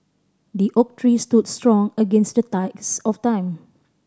the oak tree stood strong against the test of time